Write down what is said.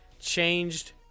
changed